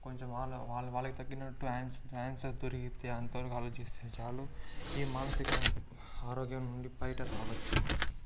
కొంచెం వాళ్ల వాళ్ల వాళ్లకి తగినట్టు ఆన్స ఆన్సర్ దొరికితే అంతవరకు ఆలోచిస్తే చాలు ఈ మానసిక ఆరోగ్యం నుండి బయటికి రావచ్చు